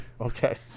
Okay